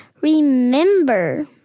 remember